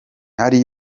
ari